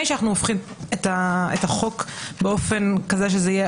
לפני שאנחנו הופכים את החוק באופן כזה שזה יהיה